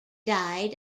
died